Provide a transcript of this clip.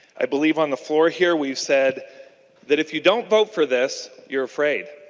i believe on the floor here we said that if you don't vote for this you are afraid.